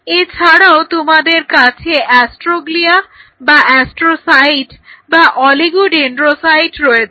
এছাড়াও তোমাদের কাছে অ্যাস্ট্রোগ্লিয়া বা অ্যাস্ট্রোসাইট বা অলিগোডেন্ড্রোসাইট রয়েছে